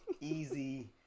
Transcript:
easy